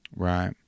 Right